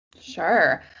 Sure